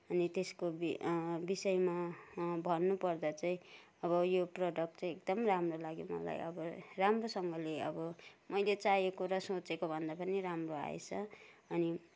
अनि त्यसको बि विषयमा भन्नुपर्दा चाहिँ अब यो प्रडक्ट चाहिँ एकदम राम्रो लाग्यो मलाई अब राम्रोसँँगले अब मैले चाहेको र सोचेको भन्दा पनि राम्रो आएछ अनि